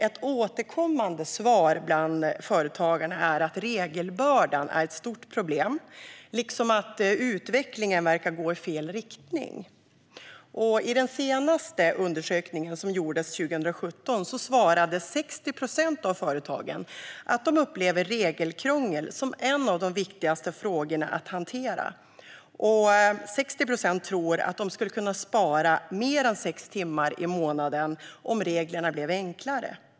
Ett återkommande svar bland företagarna är att regelbördan är ett stort problem, liksom att utvecklingen verkar gå i fel riktning. I den senaste undersökningen, som gjordes 2017, svarade 60 procent av företagen att de upplever regelkrångel som en av de viktigaste frågorna att hantera. 60 procent tror att de skulle kunna spara mer än sex timmar i månaden om reglerna blev enklare.